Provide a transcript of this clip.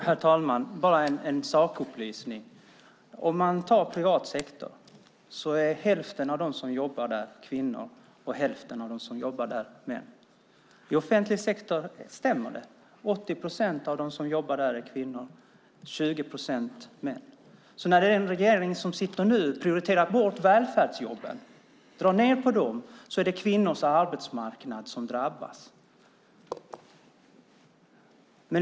Herr talman! Jag vill börja med en sakupplysning. I privat sektor är hälften av dem som jobbar kvinnor och hälften av dem som jobbar män. I offentlig sektor är 80 procent av dem som jobbar kvinnor, och 20 procent är män. När den regering som sitter nu prioriterar bort välfärdsjobben och drar ned på dem är det kvinnors arbetsmarknad som drabbas.